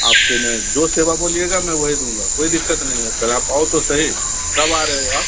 आप को मैं जो सेवा बोलिएगा मैं वही दूँगा कोई दिक्कत नहीं है सर आप आओ तो सही कब आ रहे हो आप